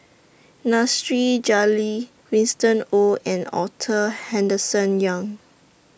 Nasir Jalil Winston Oh and Arthur Henderson Young